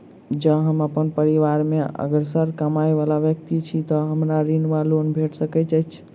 जँ हम अप्पन परिवार मे असगर कमाई वला व्यक्ति छी तऽ हमरा ऋण वा लोन भेट सकैत अछि?